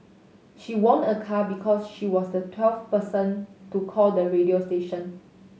she won a car because she was the twelfth person to call the radio station